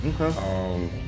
Okay